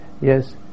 Yes